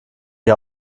die